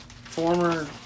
former